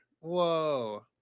whoa